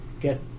get